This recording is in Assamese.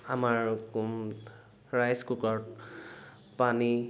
আমাৰ আৰু কুম ৰাইচ কুকাৰত পানী